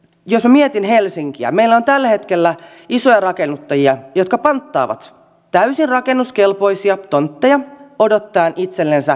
jos minä mietin helsinkiä meillä on tällä hetkellä isoja rakennuttajia jotka panttaavat täysin rakennuskelpoisia tontteja odottaen itsellensä parempia suhdanteita